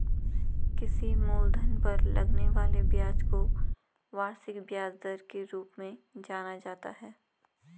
किसी मूलधन पर लगने वाले ब्याज को वार्षिक ब्याज दर के रूप में जाना जाता है